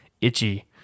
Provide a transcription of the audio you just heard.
itchy